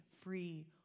free